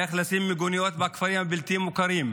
איך לשים מיגוניות בכפרים הבלתי-מוכרים,